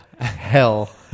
hell